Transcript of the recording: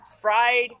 fried